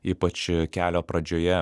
ypač kelio pradžioje